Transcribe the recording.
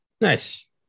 Nice